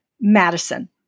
Madison